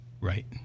right